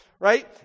Right